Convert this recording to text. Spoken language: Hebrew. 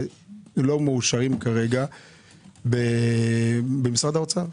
שלא מאושרים כרגע במשרד האוצר.